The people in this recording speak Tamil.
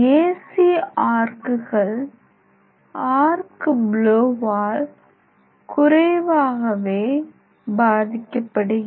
சி ஆர்க்குகள் ஆர்க் ப்லோவால் குறைவாகவே பாதிக்கப்படுகின்றன